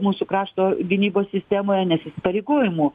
mūsų krašto gynybos sistemoje nes įsipareigojimų